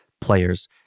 players